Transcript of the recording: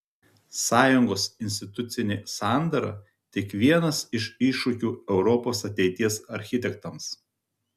sąjungos institucinė sandara tik vienas iš iššūkių europos ateities architektams